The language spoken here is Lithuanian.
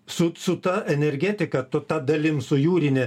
su su ta energetika tu ta dalim su jūrine